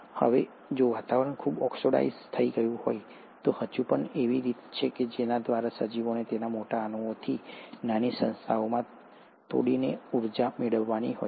હવે જો વાતાવરણ ખૂબ ઓક્સિડાઇઝ્ડ થઈ ગયું હોય તો હજુ પણ એવી રીતો છે કે જેના દ્વારા સજીવને તેના મોટા અણુઓને નાની સંસ્થાઓમાં તોડીને ઊર્જા મેળવવાની હોય છે